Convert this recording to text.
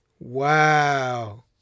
Wow